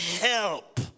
help